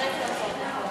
להצטרף להצעת,